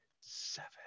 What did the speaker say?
seven